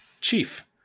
Chief